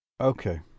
Okay